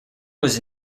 was